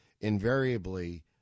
invariably